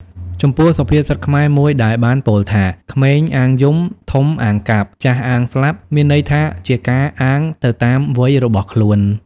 ចំពោះសុភាសិតខ្មែរមួយដែលបានពោលថា"ក្មេងអាងយំ ធំអាងកាប់ ចាស់អាងស្លាប់" មានន័យថាជាការអាងទៅតាមវ័យរបស់ខ្លួន ។